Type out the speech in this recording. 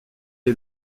les